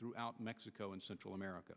throughout mexico and central america